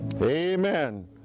Amen